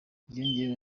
yongeyeho